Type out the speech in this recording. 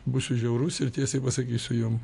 būsiu žiaurus ir tiesiai pasakysiu jum